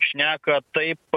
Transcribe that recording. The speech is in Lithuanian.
šneka taip